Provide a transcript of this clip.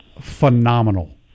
phenomenal